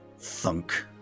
Thunk